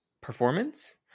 performance